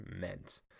meant